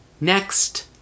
Next